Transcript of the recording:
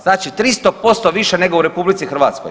Znači 300% više nego u RH.